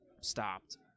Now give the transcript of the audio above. stopped